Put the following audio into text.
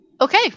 Okay